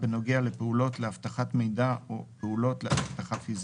בנוגע לפעולות לאבטחת מידע או פעולות אבטחה פיזית,